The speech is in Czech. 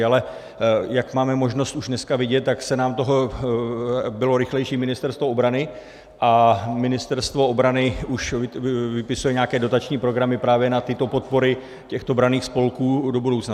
Ale jak máme možnost už dneska vidět, tak bylo rychlejší Ministerstvo obrany a Ministerstvo obrany už vypisuje nějaké dotační programy právě na tyto podpory těchto branných spolků do budoucna.